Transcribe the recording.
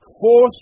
fourth